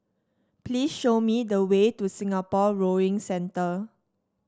please show me the way to Singapore Rowing Centre